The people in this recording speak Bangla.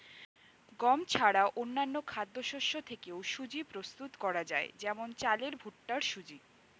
গম ছাড়া অন্যান্য খাদ্যশস্য থেকেও সুজি প্রস্তুত করা যায় যেমন চালের ভুট্টার সুজি